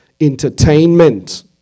entertainment